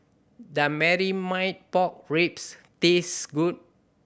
does pork ribs taste good